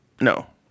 No